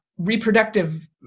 Reproductive